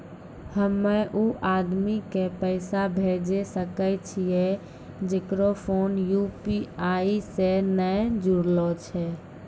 हम्मय उ आदमी के पैसा भेजै सकय छियै जेकरो फोन यु.पी.आई से नैय जूरलो छै?